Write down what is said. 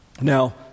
Now